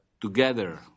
together